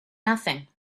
nothing